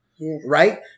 Right